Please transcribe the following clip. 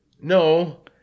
No